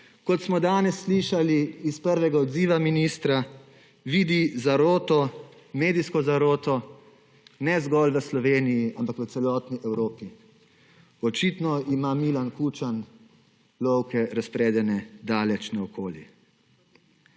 Kot smo danes slišali iz prvega odziva ministra, vidi zaroto, medijsko zaroto ne zgolj v Sloveniji, ampak v celotni Evropi. Očitno ima Milan Kučan lovke razpredene daleč naokoli.